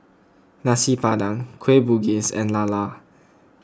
Nasi Padang Kueh Bugis and Lala